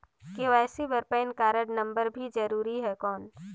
KYC बर PAN card number भी जरूरी हे कौन?